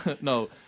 No